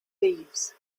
thieves